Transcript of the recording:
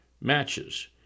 matches